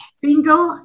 single